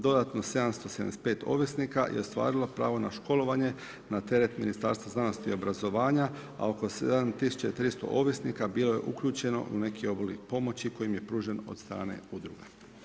Dodatno 775 ovisnika je ostvarilo pravo na školovanje na teret Ministarstva znanosti i obrazovanja, a oko 7300 ovisnika bilo je uključeno u neki oblik pomoći koji im je pružen od strane udruga.